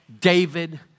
David